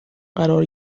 قرار